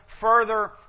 Further